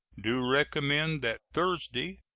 do recommend that thursday,